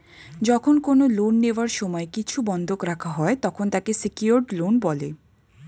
যখন কোন লোন নেওয়ার সময় কিছু বন্ধক রাখা হয়, তখন তাকে সিকিওরড লোন বলে